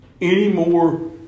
anymore